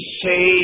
say